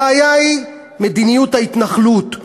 הבעיה היא מדיניות ההתנחלות,